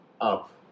up